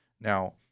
Now